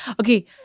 Okay